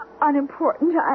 unimportant